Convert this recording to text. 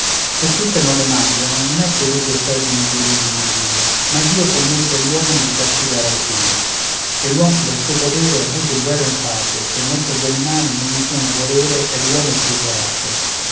se tutte non le mangiano non è che i lupi osservino i giorni di digiuno ma dio commette agli uomini di castigarne alcuno e l'uom del suo potere abusa in guerra e in pace ché in mezzo agli animali in ogni suo volere è l'uomo il più vorace